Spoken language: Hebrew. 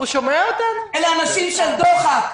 אלה אנשים של דוחק,